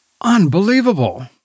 unbelievable